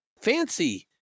fancy